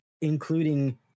including